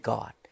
God